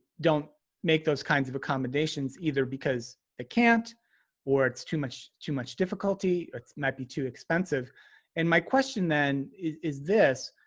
don't make those kinds of accommodations either because it can't or it's too much too much difficulty, it might be too expensive and my question then is this.